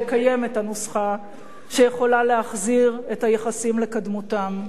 וקיימת הנוסחה שיכולה להחזיר את היחסים לקדמותם,